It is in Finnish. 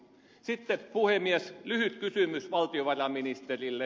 sitten puhemies lyhyt kysymys valtiovarainministerille